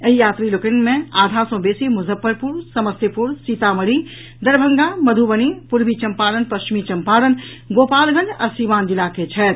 एहि यात्री लोकनि मे आधा सँ बेसी मुजफ्फरपुर समस्तीपुर सीतामढ़ी दरभंगा मधुबनी पूर्वी चंपारण पश्चिमी चंपारण गोपालगंज आ सीवान जिला के छथि